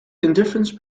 indifference